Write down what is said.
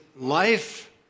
life